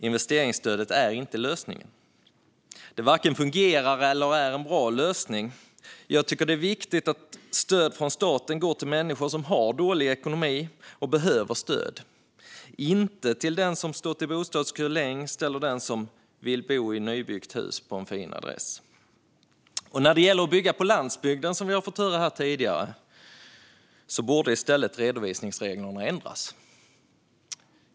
Investeringsstödet är inte lösningen. Det varken fungerar eller är en bra lösning. Jag tycker att det är viktigt att stöd från staten går till människor som har dålig ekonomi och behöver stöd, inte till den som stått i bostadskö längst eller den som vill bo i ett nybyggt hus på en fin adress. Och när det gäller att bygga på landsbygden, som vi har fått höra om här tidigare, borde i stället redovisningsreglerna ändras.